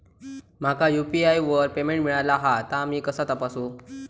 माका यू.पी.आय वर पेमेंट मिळाला हा ता मी कसा तपासू?